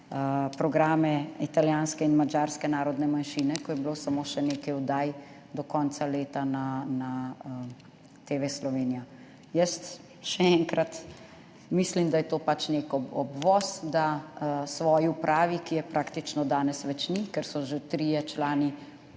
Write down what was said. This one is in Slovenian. programe italijanske in madžarske narodne manjšine, ko je bilo samo še nekaj oddaj do konca leta na TV Slovenija. Še enkrat, jaz mislim, da je to pač nek obvoz, da svoji upravi, ki je praktično danes več ni, ker so že trije člani